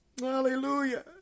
hallelujah